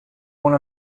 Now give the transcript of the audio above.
one